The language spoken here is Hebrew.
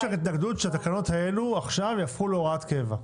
שהתקנות האלה עכשיו יהפכו להוראת קבע?